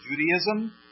Judaism